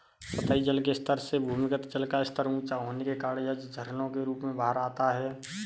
सतही जल के स्तर से भूमिगत जल का स्तर ऊँचा होने के कारण यह झरनों के रूप में बाहर आता है